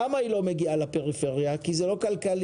היא לא מגיעה לפריפריה כי זה לא כלכלי,